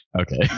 Okay